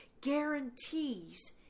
guarantees